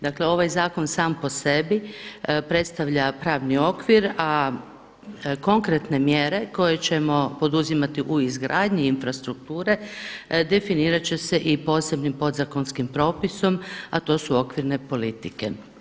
Dakle, ovaj zakon sam po sebi predstavlja pravni okvir a konkretne mjere koje ćemo poduzimati u izgradnji infrastrukture definirat će se i posebnim podzakonskim propisom a to su okvirne politike.